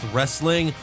Wrestling